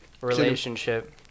relationship